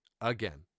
again